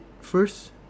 first